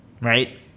right